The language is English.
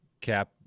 cap